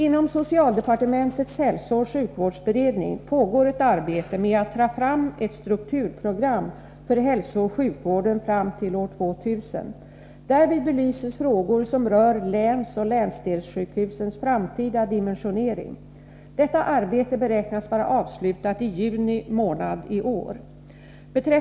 Inom socialdepartementets hälsooch sjukvårdsberedning pågår ett arbete med att ta fram ett strukturprogram för hälsooch sjukvården fram till år 2000. Därvid belyses frågor som rör länsoch länsdelssjukhusens framtida dimensionering. Detta arbete beräknas vara avslutat i juni månad i år.